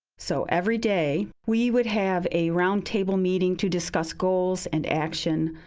so every day, we would have a roundtable meeting to discuss goals and action,